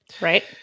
right